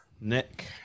Nick